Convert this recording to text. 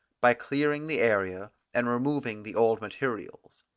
by clearing the area, and removing the old materials.